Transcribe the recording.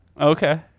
Okay